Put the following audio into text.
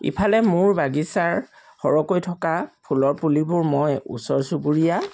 ইফালে মোৰ বাগিচাৰ সৰহকৈ থকা ফুলৰ পুলিবোৰ মই ওচৰ চুবুৰীয়া